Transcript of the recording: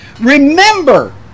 Remember